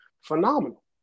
phenomenal